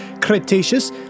Cretaceous